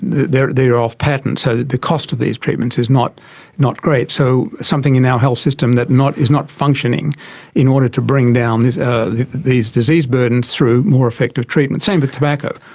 they are they are off patent, so the cost of these treatments is not not great. so something in our health system that is not functioning in order to bring down these ah these disease burdens through more effective treatments, same with tobacco.